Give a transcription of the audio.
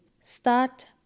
Start